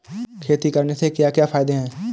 खेती करने से क्या क्या फायदे हैं?